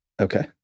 Okay